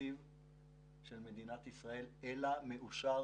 התקציב של מדינת ישראל, אלא מאושר